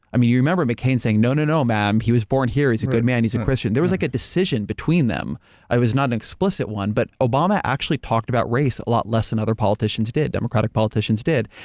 um you remember mccain saying, no, no, no, ma'am, he was born here. he's a good man. he's a christian. there was like a decision between them it was not an explicit one but obama actually talked about race a lot less than other politicians did, democratic politicians did.